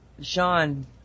Sean